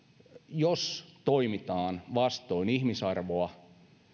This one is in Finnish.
jos toimitaan vastoin ihmisarvoa